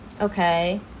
okay